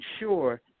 ensure